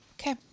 Okay